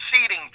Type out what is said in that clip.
Seating